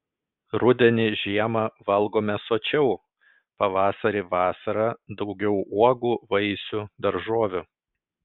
rudenį žiemą valgome sočiau pavasarį vasarą daugiau uogų vaisių daržovių